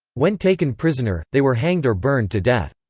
when taken prisoner, they were hanged or burned to death.